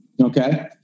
Okay